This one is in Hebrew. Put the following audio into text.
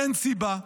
אין סיבה.